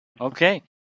Okay